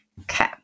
okay